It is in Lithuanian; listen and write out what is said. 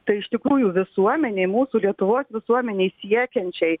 tai iš tikrųjų visuomenei mūsų lietuvos visuomenei siekiančiai